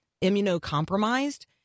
immunocompromised